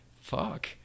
Fuck